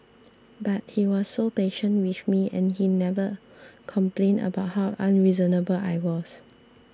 but he was so patient with me and he never complained about how unreasonable I was